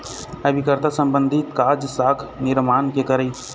अभिकर्ता संबंधी काज, साख निरमान के करई